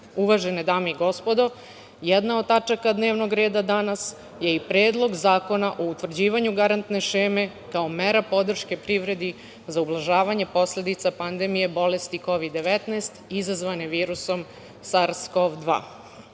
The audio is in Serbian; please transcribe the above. dame i gospodo, jedna od tačaka dnevnog reda danas je i Predlog zakona o utvrđivanju garantne šeme kao mera podrške privrede za ublažavanje posledica pandemije bolesti Kovid 19, izazvane virusom SARS-CoV-2.Činjenica